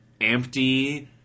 empty